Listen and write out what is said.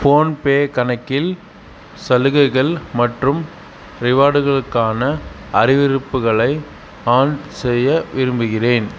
PhonePe கணக்கில் சலுகைகள் மற்றும் ரிவார்டுகளுக்கான அறிவிப்புகளை ஆன் செய்ய விரும்புகிறேன்